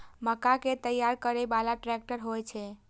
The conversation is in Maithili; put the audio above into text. मक्का कै तैयार करै बाला ट्रेक्टर होय छै?